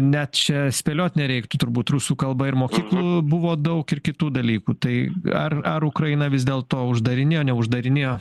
net čia spėliot nereiktų turbūt rusų kalba ir mokyklų buvo daug ir kitų dalykų tai ar ar ukraina vis dėl to uždarinėjo neuždarinėjo